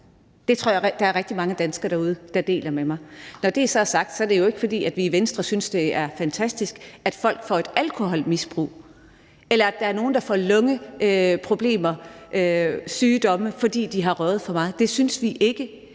tror jeg der er rigtig mange danskere derude der deler med mig. Når det så er sagt, er det jo ikke, fordi vi i Venstre synes, det er fantastisk, at folk får et alkoholmisbrug, eller at der er nogle, der får lungeproblemer og sygdomme, fordi de har røget for meget. Det synes vi ikke.